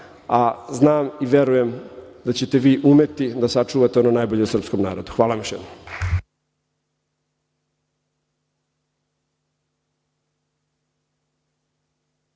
a znam i verujem da ćete vi umeti da sačuvate ono najbolje u srpskom narodu. Hvala vam